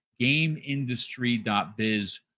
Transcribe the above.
GameIndustry.biz